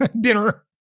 dinner